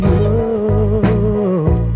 love